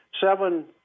seven